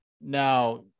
now